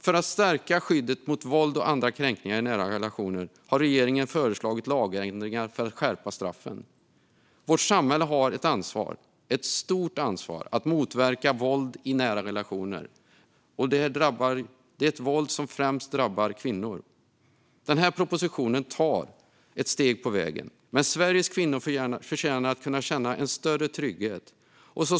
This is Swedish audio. För att stärka skyddet mot våld och andra kränkningar i nära relationer har regeringen föreslagit lagändringar för att skärpa straffen. Vårt samhälle har ett stort ansvar att motverka våld i nära relationer. Detta är ett våld som främst drabbar kvinnor. Den här propositionen tar ett steg på vägen, men Sveriges kvinnor förtjänar att kunna känna en större trygghet.